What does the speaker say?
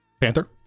Panther